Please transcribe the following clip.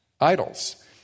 idols